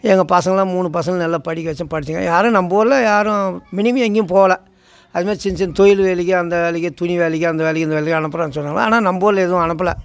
எங்கள் பசங்கலாம் மூணு பசங்க நல்லா படிக்க வச்சோம் படித்தாங்க யாரும் நம்ம ஊரில் யாரும் மினிமம் எங்கேயும் போகல அதுமாரி சின்ன சின்ன தொழில் வேலைக்கு அந்த வேலைக்கு துணி வேலைக்கு அந்த வேலைக்கு இந்த வேலைக்கு அனுப்புறோம்ன்னு சொல்லுறாங்கள ஆனால் நம்ம ஊரில் எதுவும் அனுப்பலை